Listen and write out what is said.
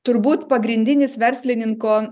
turbūt pagrindinis verslininko